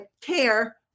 care